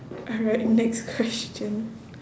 alright next question